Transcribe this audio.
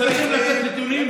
וכשצריכים לתת נתונים,